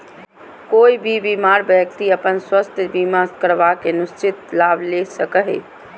कोय भी बीमार व्यक्ति अपन स्वास्थ्य बीमा करवा के सुनिश्चित लाभ ले सको हय